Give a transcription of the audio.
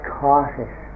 causes